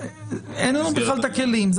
אין לנו בכלל את הכלים,